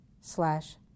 slash